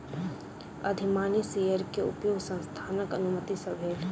अधिमानी शेयर के उपयोग संस्थानक अनुमति सॅ भेल